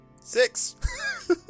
Six